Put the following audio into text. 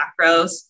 macros